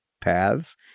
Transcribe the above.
paths